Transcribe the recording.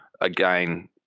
again